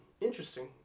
interesting